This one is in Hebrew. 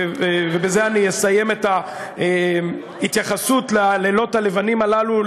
ובזה אסיים את ההתייחסות ללילות הלבנים הללו,